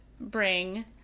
bring